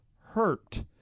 hurt